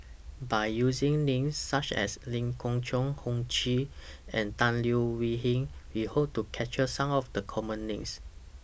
By using Names such as Lee Khoon Choy Ho Ching and Tan Leo Wee Hin We Hope to capture Some of The Common Names